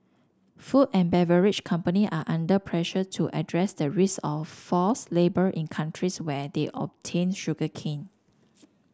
food and beverage company are under pressure to address the risk of forced labour in countries where they obtain sugarcane